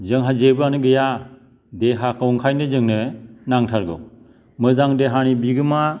जोंहा जेबोआनो गैया देहाखौ ओंखायनो जोंनो नांथारगोै मोजां देहानि बिगोमा